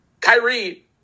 Kyrie